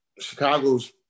Chicago's